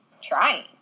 trying